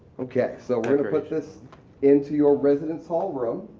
okay, so we're going to put this into your residence hall room